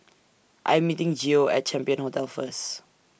I Am meeting Geo At Champion Hotel First